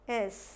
Yes